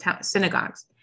synagogues